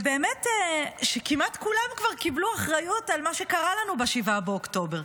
באמת כמעט כולם כבר קיבלו אחריות על מה שקרה לנו ב-7 באוקטובר.